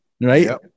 Right